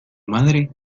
madre